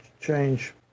change